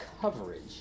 coverage